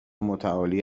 متعالی